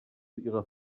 ihrer